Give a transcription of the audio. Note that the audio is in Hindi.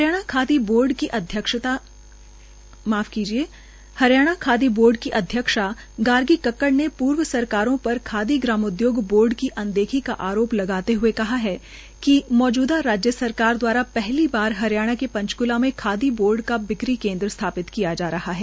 हरियाण खादी बोर्ड की अध्यक्षा गार्गी कक्कड़ ने पूर्व सरकारों पर खादी ग्रामोद्योग बोर्ड की अनदेखी का आरोप लगाते हए कहा है कि मौजूदा राज्य सरकार द्वारा पहली बार हरियाणा के पंचकूला में खादी बोर्ड का बिक्री केन्द्र स्थापित किया जा रहा है